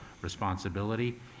responsibility